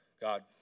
god